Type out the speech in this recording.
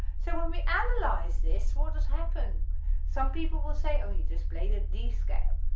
so when we analyze this what does happen some people will say oh you just played a d scale,